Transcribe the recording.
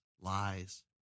lies